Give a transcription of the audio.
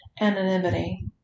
anonymity